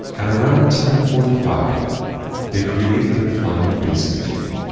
at around ten forty five they create their final basement.